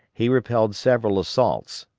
he repelled several assaults,